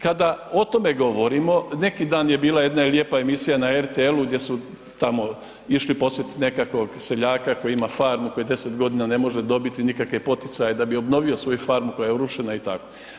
Kada o tome govorimo, neki dan je bila jedna lijepa emisija na RTL-u gdje su tamo išli posjetit nekakvog seljaka koji ima farmu, koji 10 g. ne može dobiti nikakve poticaje da bi obnovio svoju farmu koja je urušena i tako.